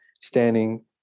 standing